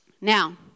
Now